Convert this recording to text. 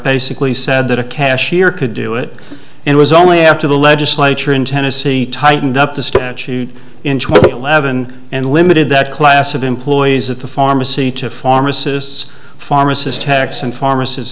basically said that a cashier could do it and was only after the legislature in tennessee tightened up the statute in eleven and limited that class of employees at the pharmacy to pharmacists pharmacist tax and pharmacist